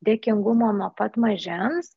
dėkingumo nuo pat mažens